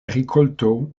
rikolto